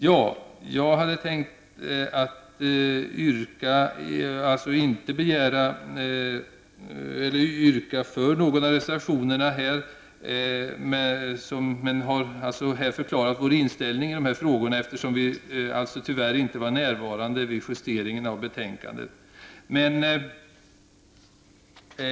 Jag hade inte tänkt yrka bifall till någon av reservationerna, men eftersom vi tyvärr inte var närvarande vid justeringen av betänkandet har jag ändå här förklarat vår inställning i dessa frågor.